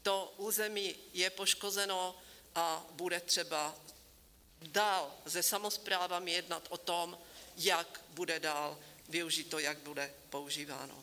To území je poškozeno a bude třeba dál se samosprávami jednat o tom, jak bude dál využito, jak bude používáno.